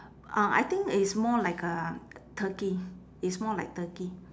uh I think it's more like uh turkey it's more like turkey